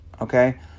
Okay